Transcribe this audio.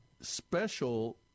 special